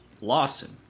Lawson